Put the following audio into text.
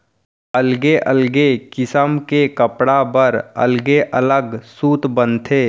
अलगे अलगे किसम के कपड़ा बर अलगे अलग सूत बनथे